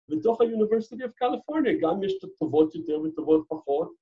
ודו-חי אוניברסיטת קליפורניה, גם אם יש תגובות טובות יותר וטובות פחות